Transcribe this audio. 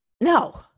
No